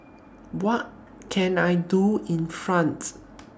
What Can I Do in France